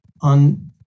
on